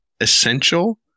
essential